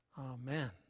Amen